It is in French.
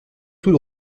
tout